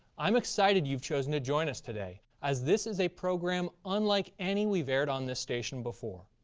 i'm excited you've chosen to join us today as this is a program unlike any we've aired on this station before.